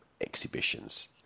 exhibitions